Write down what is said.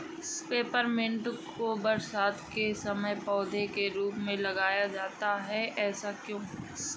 Peppermint को बरसात के समय पौधे के रूप में लगाया जाता है ऐसा क्यो?